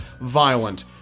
violent